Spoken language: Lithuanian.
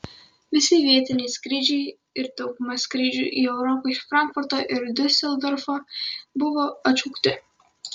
visi vietiniai skrydžiai ir dauguma skrydžių į europą iš frankfurto ir diuseldorfo buvo atšaukti